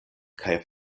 kaj